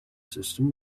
system